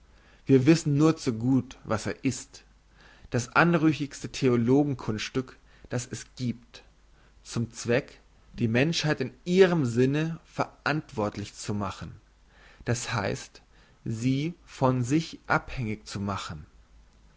wir wissen nur zu gut was er ist das anrüchigste theologen kunststück das es giebt zum zweck die menschheit in ihrem sinne verantwortlich zu machen das heisst sie von sich abhängig zu machen